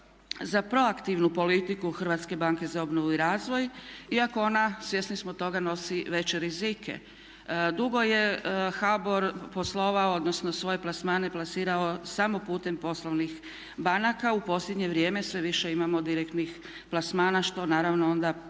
za proaktivnu politiku Hrvatske banke za obnovu i razvoj iako ona svjesni smo toga nosi veće rizike. Dugo je HBOR poslovao, odnosno svoje plasmane plasirao samo putem poslovnih banaka. U posljednje vrijeme sve više imamo direktnih plasmana što naravno onda povećava